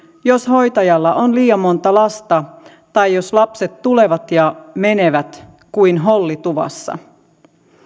jos hoitajalla on liian monta lasta tai jos lapset tulevat ja menevät kuin hollituvassa